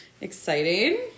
Exciting